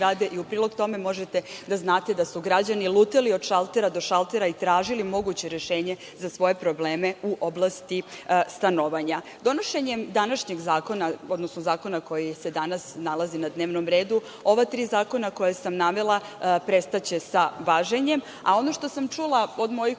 i u prilog tome možete da znate da su građani lutali od šaltera do šaltera i tražili moguće rešenje za svoje probleme u oblasti stanovanja. Donošenjem današnjih zakona, odnosno zakona koji se danas nalazi na dnevnom redu, ova tri zakona koja sam navela, prestaće sa važenjem. A ono što sam čula od mojih